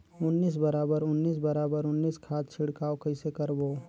उन्नीस बराबर उन्नीस बराबर उन्नीस खाद छिड़काव कइसे करबो?